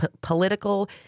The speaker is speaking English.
political